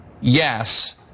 yes